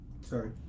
sorry